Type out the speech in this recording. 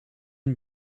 een